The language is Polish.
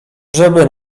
żeby